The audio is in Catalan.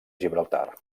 gibraltar